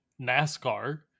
nascar